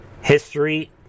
history